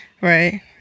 Right